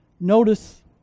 Notice